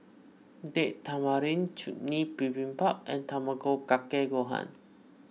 Date Tamarind Chutney Bibimbap and Tamago Kake Gohan